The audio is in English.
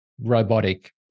robotic